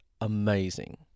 amazing